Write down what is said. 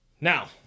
Now